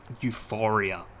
euphoria